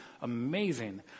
amazing